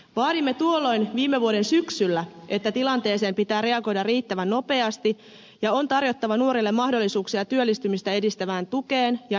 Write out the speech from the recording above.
vaadimme tuolloin viime vuoden syksyllä että tilanteeseen pitää reagoida riittävän nopeasti ja on tarjottava nuorille mahdollisuuksia työllistymistä edistävään tukeen ja neuvontaan